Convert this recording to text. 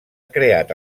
creat